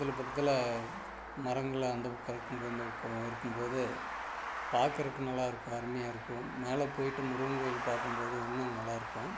பக்கத்தில் பக்கத்தில் மரங்களெலாம் அந்த பக்கம் இருக்கும் போ இந்த பக்கம் இருக்கும்போது பார்க்குறத்துக்கு நல்லாயிருக்கும் அருமையாக இருக்கும் மேலே போயிட்டு முருகன் கோயில் பார்க்கும்போது இன்னம் நல்லாயிருக்கும்